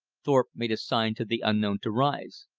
thorpe made a sign to the unknown to rise.